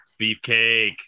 Beefcake